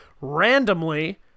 randomly